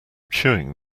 chewing